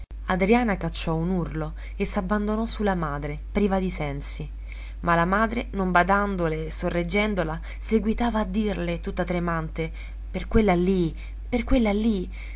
adriana cacciò un urlo e s'abbandonò su la madre priva di sensi ma la madre non badandole sorreggendola seguitava a dirle tutta tremante per quella lì per quella lì